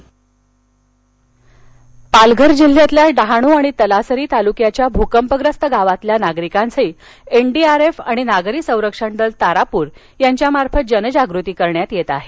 भकंपग्रस्त जनजागती पालघर पालघर जिल्ह्यातल्या डहाणू आणि तलासरी तालुक्याच्या भूकंपग्रस्त गावांमधल्या नागरिकांची एनडीआरएफ आणि नागरी संरक्षण दल तारापूर यांच्यामार्फत जनजागृती करण्यात येत आहे